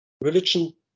religion